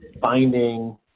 finding –